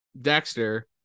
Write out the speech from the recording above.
Dexter